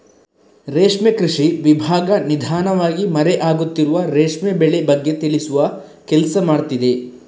ರೇಷ್ಮೆ ಕೃಷಿ ವಿಭಾಗ ನಿಧಾನವಾಗಿ ಮರೆ ಆಗುತ್ತಿರುವ ರೇಷ್ಮೆ ಬೆಳೆ ಬಗ್ಗೆ ತಿಳಿಸುವ ಕೆಲ್ಸ ಮಾಡ್ತಿದೆ